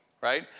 right